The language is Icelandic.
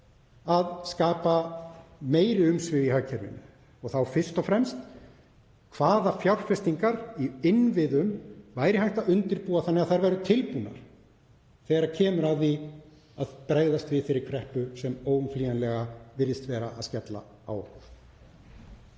að skapa meiri umsvif í hagkerfinu, þá fyrst og fremst hvaða fjárfestingar í innviðum væri hægt að undirbúa þannig að þær væru tilbúnar þegar kemur að því að bregðast við þeirri kreppu sem óumflýjanlega virðist vera að skella á.